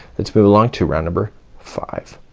let's move along to round number five.